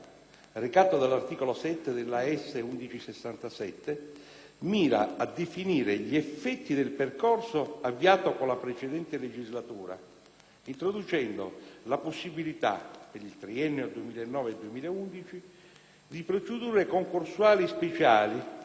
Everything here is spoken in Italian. recato dall'articolo 7 dell'Atto Senato n. 1167, mira a definire gli effetti del percorso avviato con la precedente legislatura, introducendo la possibilità per il triennio 2009-2011 di procedure concorsuali speciali,